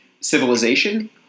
civilization